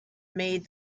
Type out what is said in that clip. made